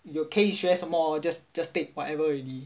有可以学什么 just just take whatever already